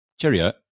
cheerio